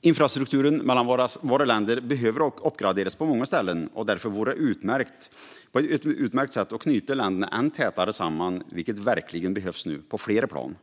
Infrastrukturen mellan våra länder behöver uppgraderas på många ställen. Därför vore detta ett utmärkt sätt att knyta länderna än tätare samman, vilket verkligen behövs nu på flera plan.